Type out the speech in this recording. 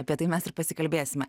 apie tai mes ir pasikalbėsime